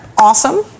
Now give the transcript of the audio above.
Awesome